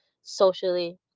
socially